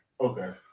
Okay